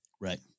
Right